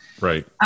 Right